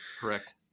Correct